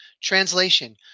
Translation